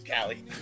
Callie